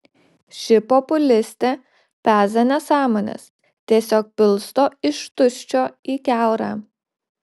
ši populistė peza nesąmones tiesiog pilsto iš tuščio į kiaurą